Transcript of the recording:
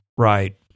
Right